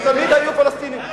ותמיד היו פלסטינים.